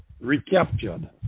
recaptured